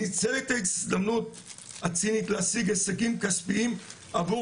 ניצל את ההזדמנות הצינית להשיג הישגים כספיים עבור